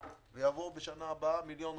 ויבואו בשנה הבאה מיליון עולים.